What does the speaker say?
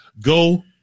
go